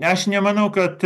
aš nemanau kad